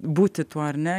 būti tuo ar ne